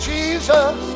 Jesus